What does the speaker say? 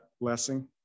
blessing